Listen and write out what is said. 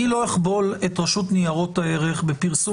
אני לא אכבול את רשות ניירות הערך בפרסום